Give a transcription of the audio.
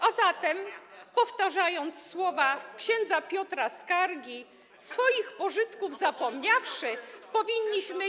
A zatem powtarzając słowa ks. Piotra Skargi: „swoich pożytków zapomniawszy”, powinniśmy.